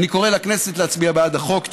אני קורא לכנסת להצביע בעד החוק.